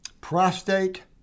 prostate